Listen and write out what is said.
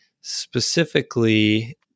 specifically